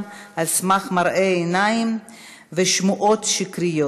על סמך מראה עיניים ושמועות שקריות.